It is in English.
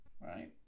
Right